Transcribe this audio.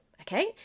Okay